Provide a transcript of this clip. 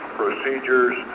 procedures